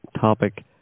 topic